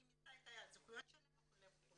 מיצתה את הזכויות שלה" וכולי.